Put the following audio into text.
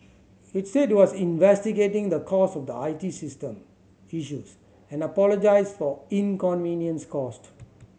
it said it was investigating the cause of the I T system issues and apologised for inconvenience caused